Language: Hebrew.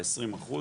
20%,